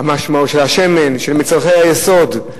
של השמן, של מצרכי היסוד,